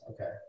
Okay